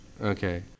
Okay